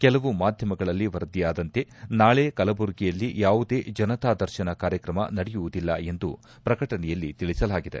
ಕೆಲವು ಮಾಧ್ಯಮಗಳಲ್ಲಿ ವರದಿಯಾದಂತೆ ನಾಳೆ ಕಲಬುರಗಿಯಲ್ಲಿ ಯಾವುದೇ ಜನತಾ ದರ್ಶನ ಕಾರ್ಯಕ್ರಮ ನಡೆಯುವುದಿಲ್ಲ ಎಂದು ಪ್ರಕಟಣೆಯಲ್ಲಿ ತಿಳಿಸಲಾಗಿದೆ